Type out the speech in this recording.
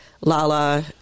Lala